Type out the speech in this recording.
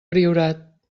priorat